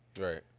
Right